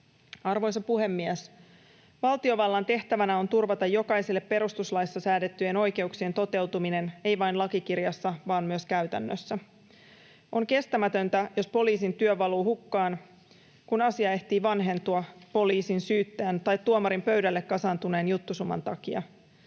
Arvoisa puhemies! Valtiovallan tehtävänä on turvata jokaiselle perustuslaissa säädettyjen oikeuksien toteutuminen, ei vain lakikirjassa vaan myös käytännössä. On kestämätöntä, jos poliisin työ valuu hukkaan, kun asia ehtii vanhentua poliisin, syyttäjän tai tuomarin pöydälle kasaantuneen juttusuman takia.